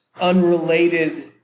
unrelated